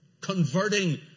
converting